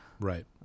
Right